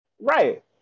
Right